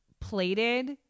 plated